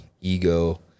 ego